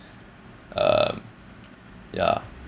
uh yeah